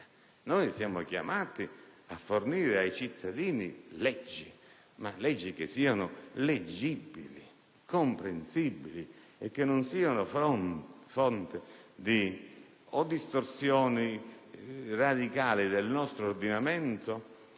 Siamo chiamati a produrre, in funzione dei cittadini, leggi che siano leggibili, comprensibili e che non siano fonte di distorsioni radicali del nostro ordinamento,